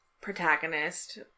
protagonist